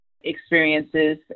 experiences